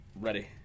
Ready